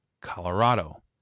Colorado